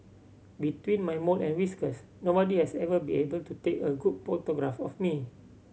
between my mole and whiskers nobody has ever be able to take a good photograph of me